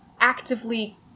actively